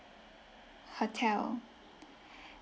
hotel